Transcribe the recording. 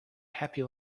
happy